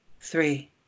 three